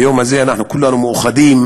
ביום הזה אנחנו כולנו מאוחדים,